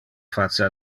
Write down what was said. face